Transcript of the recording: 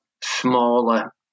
smaller